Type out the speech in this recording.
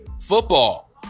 Football